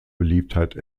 beliebtheit